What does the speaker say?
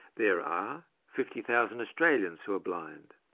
there are fifty thousand australians who are blind.